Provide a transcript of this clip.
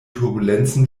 turbulenzen